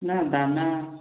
ନା ଦାନା